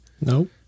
Nope